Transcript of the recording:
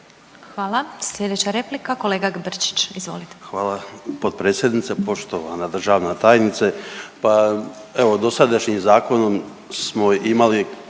Hvala. Sljedeća replika, kolega Brčić, izvolite. **Brčić, Luka (HDZ)** Hvala potpredsjednice. Poštovana državna tajnice. Pa evo dosadašnjim zakonom smo imali